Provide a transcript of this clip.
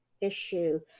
issue